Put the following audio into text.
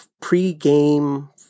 pre-game